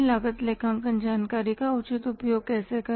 लागत लेखांकन जानकारी का उचित उपयोग कैसे करें